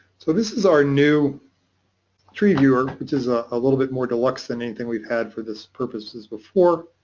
so this is our new tree viewer, which is ah a little bit more deluxe than anything we've had for this purpose is before.